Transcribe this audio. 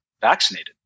vaccinated